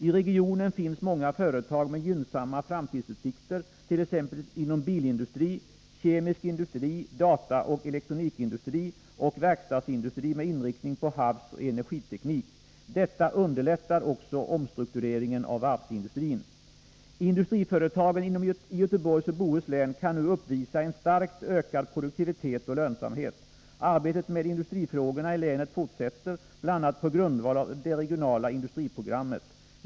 I regionen finns många företag med gynnsamma framtidsutsikter, t.ex. inom bilindustri, kemisk industri, dataoch elektronikindustri och verkstadsindustri med inriktning på havsoch energiteknik. Detta underlättar också omstruktureringen av varvsindustrin. Industriföretagen i Göteborgs och Bohus län kan nu uppvisa en starkt ökad produktivitet och lönsamhet. Arbetet med industrifrågorna i länet fortsätter, bl.a. på grundval av det regionala industriprogrammet.